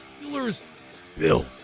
Steelers-Bills